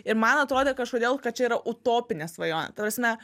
ir man atrodė kažkodėl kad čia yra utopinė svajonė ta prasme